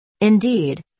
Indeed